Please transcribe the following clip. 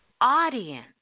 audience